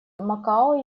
макао